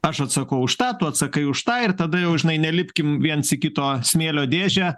aš atsakau už tą tu atsakai už tą ir tada jau žinai nelipkim viens į kito smėlio dėžę